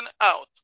out